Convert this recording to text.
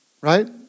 right